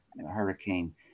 hurricane